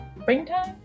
springtime